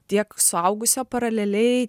tiek suaugusio paraleliai